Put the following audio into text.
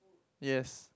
yes